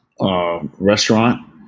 restaurant